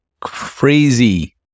crazy